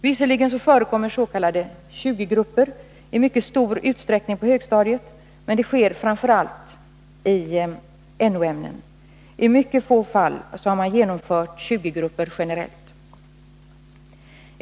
Visserligen förekommer s.k. 20-grupper i mycket stor utsträckning på högstadiet, men det är framför allt i No-ämnen. I mycket få fall har man genomfört 20-grupper generellt.